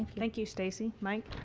thank you, stacey. mike.